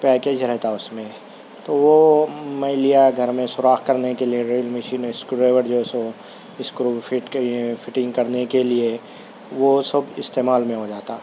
package رہتا اُس میں تو وہ میں لیا گھر میں سوراخ کرنے کے لئے ڈرل مشین اسکرو ڈائیور جو سو اسکرو فٹ کے فٹنگ کرنے کے لئے وہ سب استعمال میں ہو جاتا